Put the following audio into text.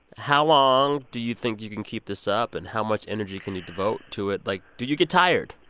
how long do you think you can keep this up? and how much energy can you devote to it? like, do you get tired?